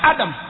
Adam